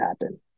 happen